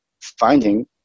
finding